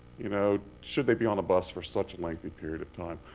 you know should they be on a bus for such a lengthy period of time?